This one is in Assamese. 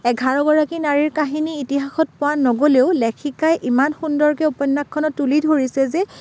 এঘাৰগৰাকী নাৰীৰ কাহিনী ইতিহাসত পোৱা নগ'লেও লেখিকাই ইমান সুন্দৰকৈ উপন্যাসখনত তুলি ধৰিছে যে